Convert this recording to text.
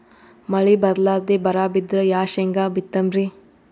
ಮಳಿ ಬರ್ಲಾದೆ ಬರಾ ಬಿದ್ರ ಯಾ ಶೇಂಗಾ ಬಿತ್ತಮ್ರೀ?